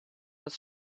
his